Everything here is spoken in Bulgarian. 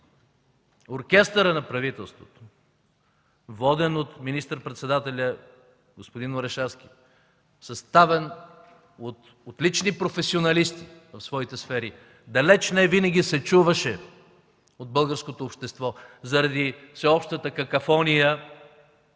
Оркестърът на правителството, воден от министър-председателя господин Орешарски, съставен от различни професионалисти в своите сфери, далеч не винаги се чуваше от българското общество заради всеобщата какофония